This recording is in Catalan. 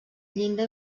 llinda